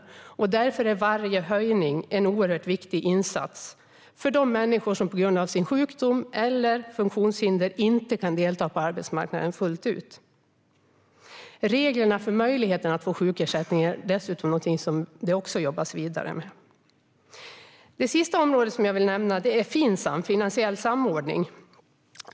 Därför är varje höjning en oerhört viktig insats för de människor som på grund av sina sjukdomar eller funktionshinder inte kan delta på arbetsmarknaden fullt ut. Reglerna för möjligheten att få sjukersättning är också någonting som det jobbas vidare med. Det sista området som jag vill nämna är Finsam, finansiell samordning.